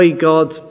God's